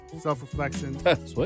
self-reflection